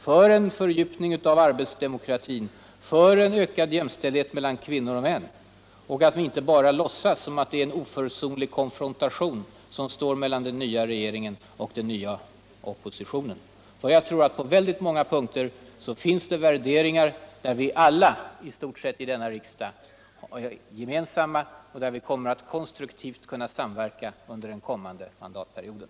för en fördjupning av arbetsdemokratin, för en ökad jämställdhet mellan kvinnor och män — och inte bara låtsas som om det är en oförsonlig konfrontation som står mellan den nya regeringen och den nva oppositionen. Jap tror att det på väldigt många punkter finns värderingar, som i stort sett för oss alla i denna riksdag kan vara gemensamma. Där kommer vi att konstruktivt kunna samverka under den kommande mandatperioden.